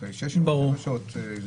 אחרי שש, שבע שעות.